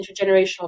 intergenerational